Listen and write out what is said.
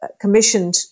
commissioned